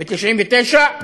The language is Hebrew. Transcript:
ב-1999,